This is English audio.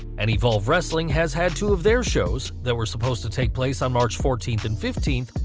and evolve wrestling has had two of their shows, that were supposed to take place on march fourteenth and fifteenth,